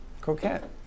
Coquette